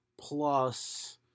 plus